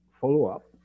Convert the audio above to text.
follow-up